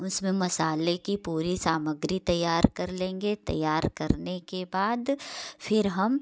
उसमें मसाले कि पूरी सामग्री तैयार कर लेंगे तैयार करने के बाद फिर हम